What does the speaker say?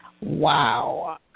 Wow